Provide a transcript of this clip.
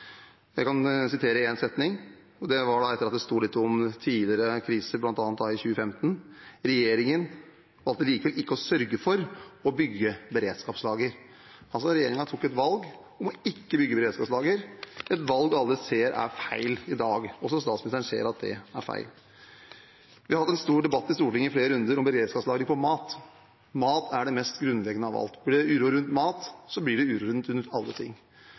etter at det står litt om tidligere kriser, bl.a. i 2015: «Regjeringen hadde likevel ikke sørget for å bygge beredskapslager.» Regjeringen tok altså et valg om ikke å bygge beredskapslager – et valg alle ser er feil i dag. Også statsministeren ser at det er feil. Vi har hatt en stor debatt i Stortinget i flere runder om beredskapslager for mat. Mat er det mest grunnleggende av alt. Blir det uro rundt mat, blir det uro rundt alle ting.